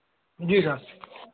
जी sir